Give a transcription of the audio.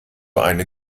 eine